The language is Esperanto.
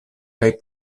kaj